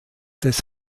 des